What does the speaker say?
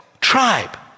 tribe